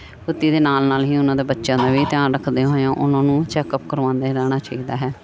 ਕੁੱਤੀ ਦੇ ਨਾਲ ਨਾਲ ਹੀ ਉਹਨਾਂ ਦਾ ਬੱਚਿਆਂ ਦਾ ਵੀ ਧਿਆਨ ਰੱਖਦੇ ਹੋਏ ਆ ਉਹਨਾਂ ਨੂੰ ਚੈੱਕਅਪ ਕਰਵਾਉਂਦੇ ਰਹਿਣਾ ਚਾਹੀਦਾ ਹੈ ਅਤੇ